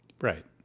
Right